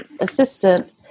assistant